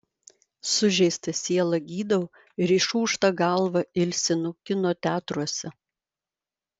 sužeistą sielą gydau ir išūžtą galvą ilsinu kino teatruose